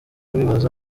bibaza